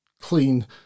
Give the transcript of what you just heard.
clean